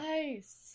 nice